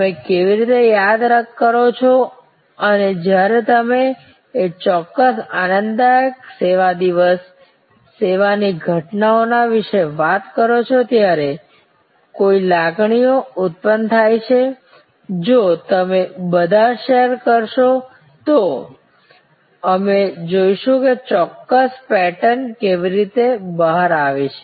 તમે કેવી રીતે યાદ કરો છો અને જ્યારે તમે તે ચોક્કસ આનંદકારક સેવા દિવસ સેવાની ઘટના વિશે વાત કરો છો ત્યારે કઈ લાગણીઓ ઉત્પન્ન થાય છે જો તમે બધા શેર કરશો તો અમે જોઈશું કે ચોક્કસ પેટર્ન કેવી રીતે બહાર આવે છે